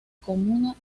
comuna